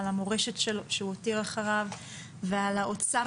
על המורשת שהוא הותיר אחריו ועל האוצר